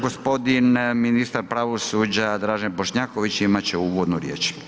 Gospodin ministar pravosuđa Dražen Bošnjaković imat će uvodnu riječ.